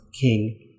King